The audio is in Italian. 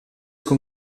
con